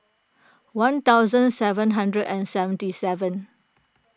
one thousand seven hundred and seventy seven